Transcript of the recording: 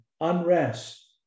unrest